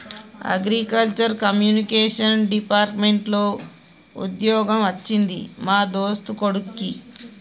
agriculture communication department లో వుద్యోగం వచ్చింది మా దోస్తు కొడిక్కి